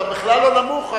אתה בכלל לא נמוך,